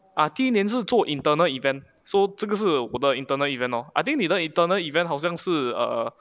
ah 第一年是做 internal event so 这个是我的 internal event lor I think 你的 internal event 好像是 err